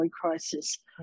crisis